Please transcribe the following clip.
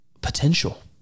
potential